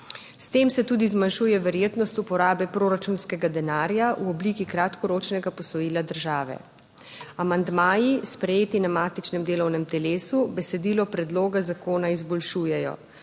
S tem se tudi zmanjšuje verjetnost uporabe proračunskega denarja v obliki kratkoročnega posojila države. Amandmaji sprejeti na matičnem delovnem telesu besedilo predloga zakona izboljšujejo.